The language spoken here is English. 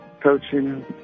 coaching